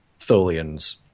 Tholian's